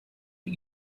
but